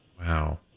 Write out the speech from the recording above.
Wow